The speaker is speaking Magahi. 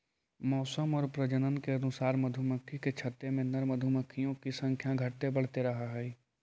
मौसम और प्रजनन के अनुसार मधुमक्खी के छत्ते में नर मधुमक्खियों की संख्या घटते बढ़ते रहअ हई